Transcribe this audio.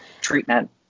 treatment